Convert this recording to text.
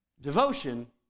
Devotion